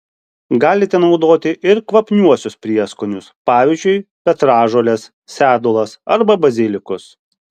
galite naudoti ir kvapniuosius prieskonius pavyzdžiui petražoles sedulas arba bazilikus